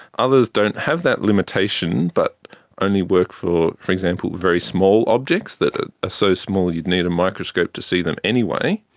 others don't have that limitation but only work for, for example, very small objects that are ah ah so small you'd need a microscope to see them anyway.